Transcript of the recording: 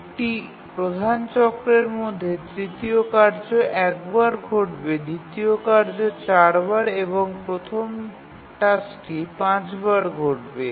একটি প্রধান চক্রের মধ্যে তৃতীয় কার্য একবার ঘটবে দ্বিতীয় কার্যটি ৪ বার এবং প্রথম টাস্কটি ৫ বার ঘটবে